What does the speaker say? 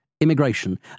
immigration